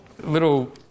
little